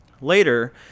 Later